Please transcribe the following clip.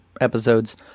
episodes